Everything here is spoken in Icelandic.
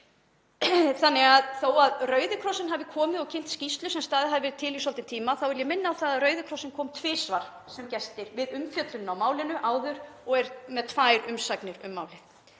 Þannig að þó að Rauði krossinn hafi komið og kynnt skýrslu sem staðið hafði til í svolítinn tíma þá vil ég minna á það að Rauði krossinn kom tvisvar áður sem gestur við umfjöllun á málinu og er með tvær umsagnir um málið.